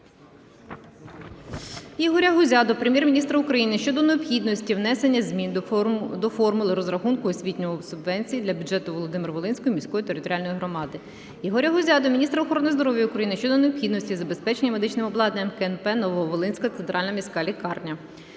Ігоря Гузя до Прем'єр-міністра України щодо необхідності внесення змін до формули розрахунку освітньої субвенції для бюджету Володимир-Волинської міської територіальної громади. Ігоря Гузя до міністра охорони здоров'я України щодо необхідності забезпечення медичним обладнанням КНП "Нововолинська центральна міська лікарня".